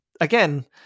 again